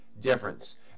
difference